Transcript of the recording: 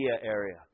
area